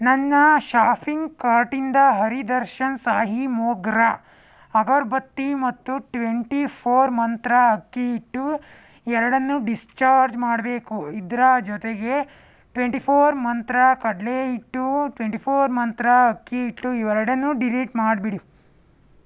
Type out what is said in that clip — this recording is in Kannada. ನನ್ನ ಶಾಫಿಂಗ್ ಕಾರ್ಟಿಂದ ಹರಿ ದರ್ಶನ್ ಸಾಯಿ ಮೋಗ್ರಾ ಅಗರಬತ್ತಿ ಮತ್ತು ಟ್ವೆಂಟಿ ಫೋರ್ ಮಂತ್ರ ಅಕ್ಕಿ ಹಿಟ್ಟು ಎರಡನ್ನೂ ಡಿಸ್ಚಾರ್ಜ್ ಮಾಡಬೇಕು ಇದರ ಜೊತೆಗೆ ಟ್ವೆಂಟಿ ಫೋರ್ ಮಂತ್ರ ಕಡಲೆಹಿಟ್ಟು ಟ್ವೆಂಟಿ ಫೋರ್ ಮಂತ್ರ ಅಕ್ಕಿ ಹಿಟ್ಟು ಇವೆರಡನ್ನೂ ಡಿಲೀಟ್ ಮಾಡಿಬಿಡಿ